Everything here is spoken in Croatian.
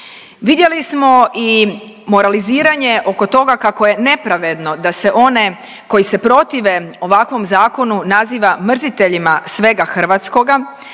Vidjeli smo i moraliziranje oko toga kako je nepravedno da se one koji se protive ovakvom zakonu naziva mrziteljima svega hrvatskoga